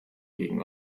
gegen